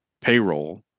payroll